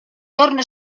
torna